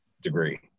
degree